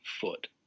foot